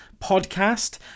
Podcast